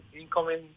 incoming